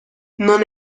non